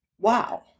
Wow